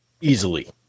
easily